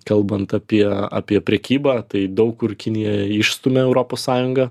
kalbant apie apie prekybą tai daug kur kinija išstumia europos sąjungą